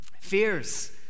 Fears